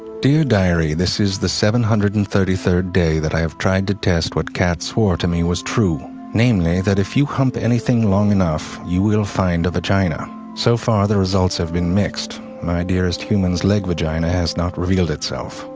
dear diary this is the seven hundred and thirty third day that i have tried to test what cat swore to me was true namely, that if you hump anything long enough you will find a vagina so far the results have been mixed, my dearest human's leg vagina has not revealed itself,